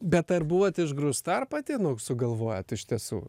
bet ar buvot išgrūsta ar pati sugalvojot iš tiesų